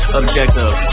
objective